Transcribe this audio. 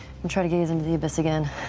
and try to gaze into the abyss again.